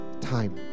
time